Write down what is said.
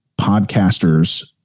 podcasters